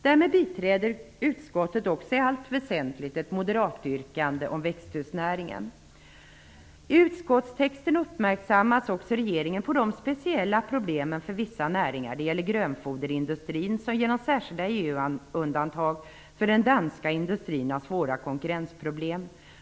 Därmed biträder utskottet också i allt väsentligt ett moderatyrkande om växthusnäringen. I utskottstexten uppmärksammas regeringen på de speciella problemen för vissa näringar. Det gäller grönfoderindustrin, som genom särskilda EU undantag för den danska industrin har svåra konkurrensproblem.